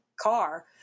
car